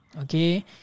okay